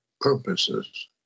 purposes